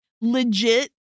legit